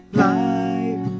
life